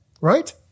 right